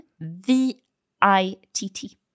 V-I-T-T